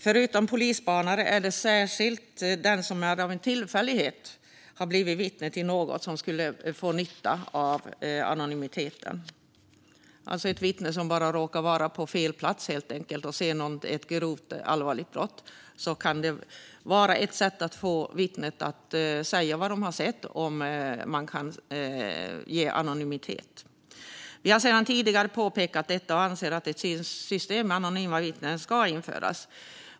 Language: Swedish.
Förutom polisspanare är det särskilt de som av en tillfällighet blivit vittnen till något som skulle få nytta av anonymiteten, det vill säga vittnen som bara råkar vara på fel plats och se ett grovt och allvarligt brott. Om man kan ge anonymitet kan det vara ett sätt att få vittnet att säga vad det har sett. Vi har sedan tidigare påpekat detta och anser att ett system med anonyma vittnen ska införas.